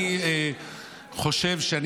אני חושב, אם